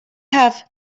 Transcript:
have